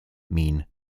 mean